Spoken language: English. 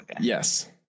Yes